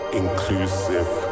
inclusive